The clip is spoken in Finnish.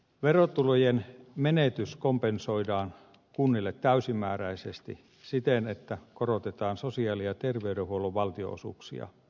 verotulojen menetys kompensoidaan kunnille täysimääräisesti siten että korotetaan sosiaali ja terveydenhuollon valtionosuuksia